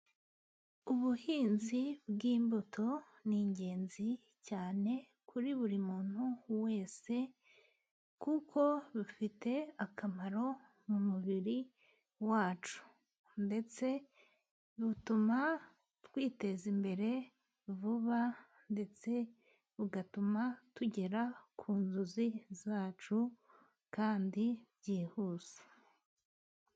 Ubuhinzi bw'imbuto ni ingenzi cyane kuri buri muntu wese, kuko bufite akamaro mu mubiri wacu ndetse butuma twiteza imbere vuba, ndetse bugatuma tugera ku nzozi zacu kandi byihuse.